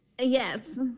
Yes